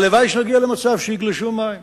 הלוואי שנגיע למצב שיגלשו מים.